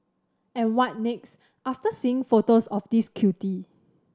and what next after seeing photos of this cutie